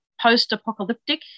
Post-apocalyptic